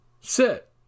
Sit